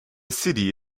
city